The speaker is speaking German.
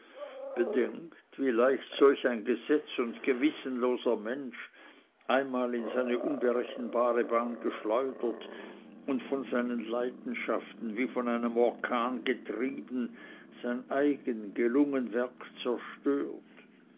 bedenkt wie leicht solch ein gesetz und gewissenloser mensch einmal in seine unberechenbare bahn geschleudert und von seinen leidenschaften wie von einem orkan getrieben sein eigen gelungen werk zerstört